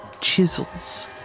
chisels